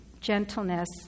gentleness